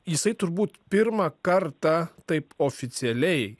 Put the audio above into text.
jisai turbūt pirmą kartą taip oficialiai